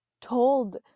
told